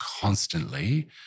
constantly